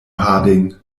harding